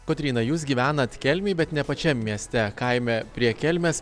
kotryna jūs gyvenat kelmėj bet ne pačiam mieste kaime prie kelmės